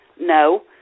No